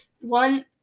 one